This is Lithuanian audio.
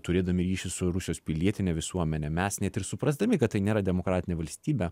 turėdami ryšį su rusijos pilietine visuomene mes net ir suprasdami kad tai nėra demokratinė valstybė